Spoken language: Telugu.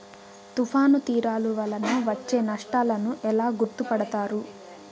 తుఫాను తీరాలు వలన వచ్చే నష్టాలను ఎలా గుర్తుపడతారు?